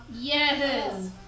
Yes